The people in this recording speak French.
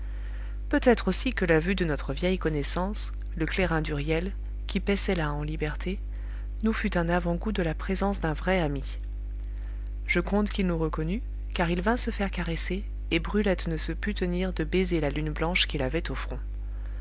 peut-être aussi que la vue de notre vieille connaissance le clairin d'huriel qui paissait là en liberté nous fut un avant-goût de la présence d'un vrai ami je compte qu'il nous reconnut car il vint se faire caresser et brulette ne se put tenir de baiser la lune blanche qu'il avait au front